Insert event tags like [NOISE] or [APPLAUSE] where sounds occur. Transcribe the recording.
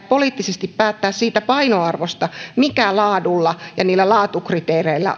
[UNINTELLIGIBLE] poliittisesti päättää siitä mikä painoarvo laadulla ja laatukriteereillä